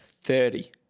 Thirty